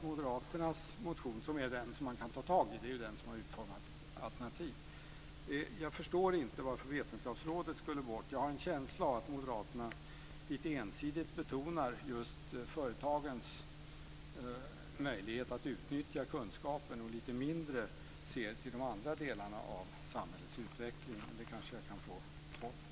Moderaternas motion är den som man kan ta tag i - det är ju i den som man har utformat ett alternativ. Men jag förstår inte varför vetenskapsrådet skulle bort. Jag har en känsla av att Moderaterna lite ensidigt betonar just företagens möjlighet att utnyttja kunskapen, och lite mindre ser till de andra delarna av samhällets utveckling. Men det kanske jag kan få svar på.